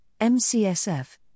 MCSF